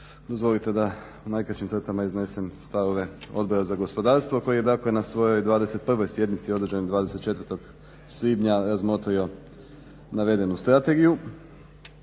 Dozvolite da u najkraćim crtama iznesem stavove Odbora za gospodarstvo koji je dakle na svojoj 21. sjednici održanoj 24. svibnja razmotrio navedenu strategiju.